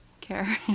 care